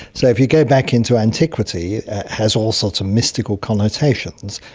so if you go back into antiquity, it has all sorts of mystical connotations.